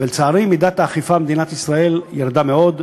ולצערי, מידת האכיפה במדינת ישראל ירדה מאוד.